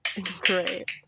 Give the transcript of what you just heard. Great